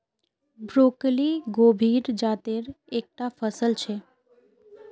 broccoli गोभीर जातेर एक टा फसल छे